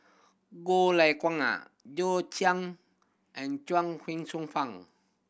Goh Lay Kuan John Chang and Chuang Hsueh Fang